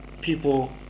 People